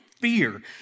fear